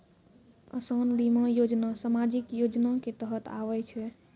असान बीमा योजना समाजिक योजना के तहत आवै छै